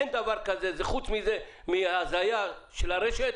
אין דבר כזה חוץ מהזיה של הרשת.